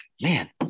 man